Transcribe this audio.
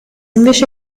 invece